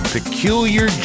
Peculiar